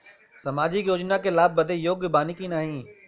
सामाजिक योजना क लाभ बदे योग्य बानी की नाही?